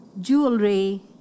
jewelry